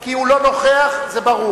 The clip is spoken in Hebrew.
כי הוא לא נוכח, זה ברור.